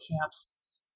camps